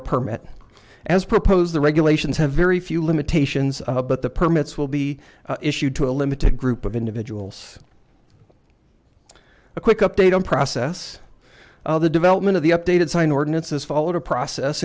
a permit as proposed the regulations have very few limitations but the permits will be issued to a limited group of individuals a quick update on process the development of the updated sign ordinances followed a process